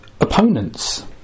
opponents